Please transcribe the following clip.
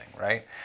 right